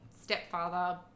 stepfather